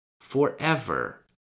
forever